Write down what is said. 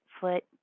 foot